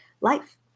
life